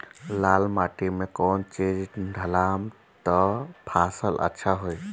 लाल माटी मे कौन चिज ढालाम त फासल अच्छा होई?